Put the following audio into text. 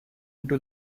into